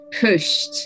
pushed